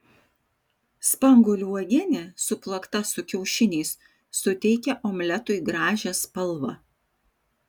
spanguolių uogienė suplakta su kiaušiniais suteikia omletui gražią spalvą